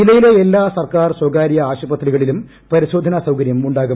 ജില്ലയിലെ എല്ലാ സർക്കാർ സ്വകാര്യ ആശുപത്രികളിലും പരിശോധനാ സൌകര്യം ഉണ്ടാകും